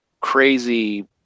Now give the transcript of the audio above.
crazy